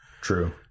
True